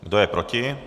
Kdo je proti?